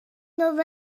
دنبال